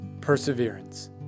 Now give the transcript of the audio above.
Perseverance